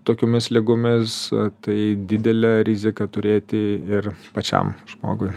tokiomis ligomis tai didelė rizika turėti ir pačiam žmogui